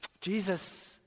Jesus